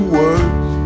words